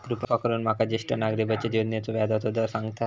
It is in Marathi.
कृपा करून माका ज्येष्ठ नागरिक बचत योजनेचो व्याजचो दर सांगताल